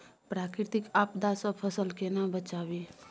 प्राकृतिक आपदा सं फसल केना बचावी?